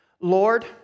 Lord